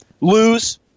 lose